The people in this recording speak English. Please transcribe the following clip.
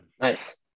nice